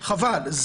חבל.